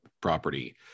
property